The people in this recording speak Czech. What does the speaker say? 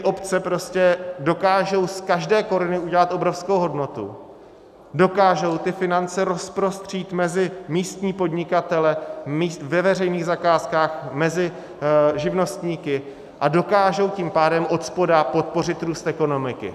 Obce prostě dokážou z každé koruny udělat obrovskou hodnotu, dokážou finance rozprostřít mezi místní podnikatele ve veřejných zakázkách, mezi živnostníky, a dokážou tím pádem odspoda podpořit růst ekonomiky.